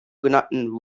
genannten